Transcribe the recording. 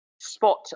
spot